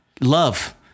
love